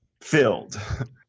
filled